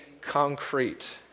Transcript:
concrete